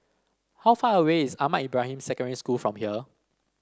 how far away is Ahmad Ibrahim Secondary School from here